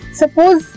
suppose